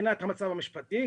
מבחינת המצב המשפטי,